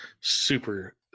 super